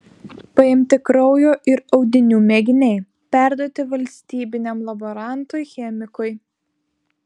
paimti kraujo ir audinių mėginiai perduoti valstybiniam laborantui chemikui